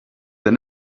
they